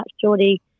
Jordy